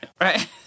right